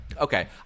Okay